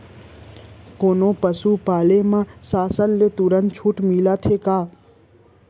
कोनो पसु पाले म शासन ले तुरंत छूट मिलथे का?